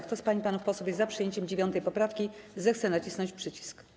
Kto z pań i panów posłów jest za przyjęciem 9. poprawki, zechce nacisnąć przycisk.